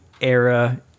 era